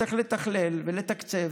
וצריך לתכלל ולתקצב,